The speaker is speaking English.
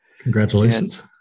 Congratulations